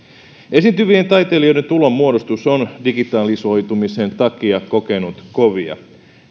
esiintyvien taiteilijoiden tulonmuodostus on digitalisoitumisen takia kokenut kovia